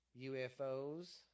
UFOs